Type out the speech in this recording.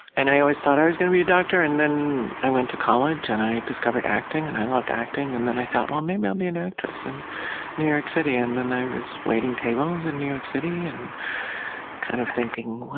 i always thought i was going to be a doctor, and then i went to college and i discovered acting, and i loved acting, and then i thought, maybe i'll be an actress in new york city. and then i was waiting tables in new york city and kind of thinking,